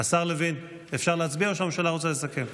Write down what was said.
השר לוין, אפשר להצביע או שהממשלה רוצה לסכם?